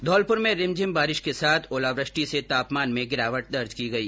धौलपुर में रिमझिम बारिश के साथ ओलावृष्टि से तापमान में गिरावट दर्ज की गई